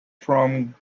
from